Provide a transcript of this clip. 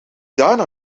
daarna